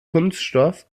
kunststoff